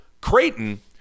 creighton